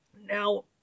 Now